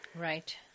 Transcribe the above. Right